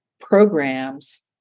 programs